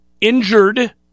injured